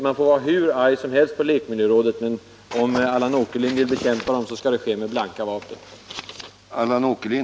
Man får vara hur arg som helst på lekmiljörådet, men om Allan Åkerlind vill bekämpa det så skall det ske med blanka vapen.